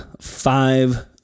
five